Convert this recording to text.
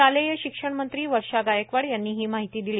शालेय शिक्षण मंत्री वर्षा गायकवाड यांनी ही माहिती दिली